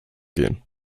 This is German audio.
gehen